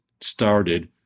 started